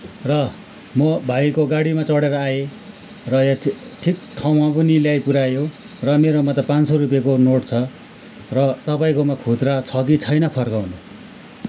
र म भाइको गाडीमा चढेर आएँ र यहाँ ठि ठिक ठाउँमा पनि ल्याइ पुर्यायो र मेरोमा त पाँच सय रुपियाँको नोट छ र तपाईँकोमा खुजुरा छ कि छैन फर्काउने